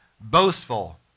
boastful